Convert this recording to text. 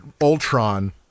Ultron